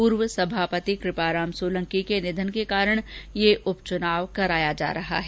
पूर्व सभापति कृपाराम सोलंकी के निधन के कारण ये उपचुनाव करवाया जा रहा है